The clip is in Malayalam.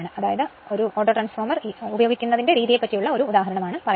അതിനാൽ ഓട്ടോട്രാൻസ്ഫോർമർ ഉപയോഗിക്കുന്ന ഓട്ടോട്രാൻസ്ഫോർമറിന്റെ ഒരു ഉദാഹരണം പറയൂ